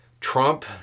Trump